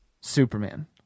Superman